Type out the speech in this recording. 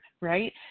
right